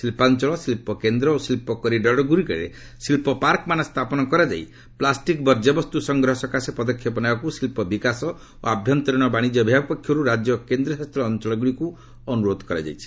ଶିଳ୍ପାଞ୍ଚଳ ଶିଳ୍ପକେନ୍ଦ୍ର ଓ ଶିଳ୍ପ କରିଡରଗୁଡ଼ିକରେ ଶିଳ୍ପପାର୍କମାନ ସ୍ଥାପନ କରାଯାଇ ପ୍ଲାଷ୍ଟିକ୍ ବର୍ଜ୍ୟବସ୍ତୁ ସଂଗ୍ରହ ସକାଶେ ପଦକ୍ଷେପ ନେବାକୁ ଶିଳ୍ପ ବିକାଶ ଓ ଆଭ୍ୟନ୍ତରୀଣ ବାଣିଜ୍ୟ ବିଭାଗ ପକ୍ଷରୁ ରାଜ୍ୟ ଓ କେନ୍ଦ୍ରଶାସିତ ଅଞ୍ଚଳଗୁଡ଼ିକୁ ଅନୁରୋଧ କରାଯାଇଛି